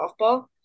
softball